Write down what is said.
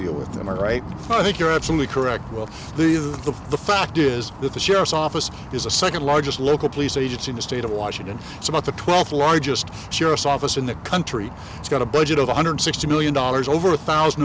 deal with them right i think you're absolutely correct wolf the the fact is that the sheriff's office is a second largest local police agency in the state of washington it's about the twelfth largest sheriff's office in the country it's got a budget of one hundred sixty million dollars over a thousand